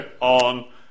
on